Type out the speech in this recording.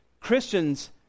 Christians